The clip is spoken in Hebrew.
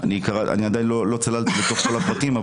עדיין לא צללתי לתוך כל הפרטים,